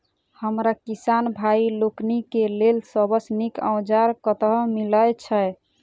हमरा किसान भाई लोकनि केँ लेल सबसँ नीक औजार कतह मिलै छै?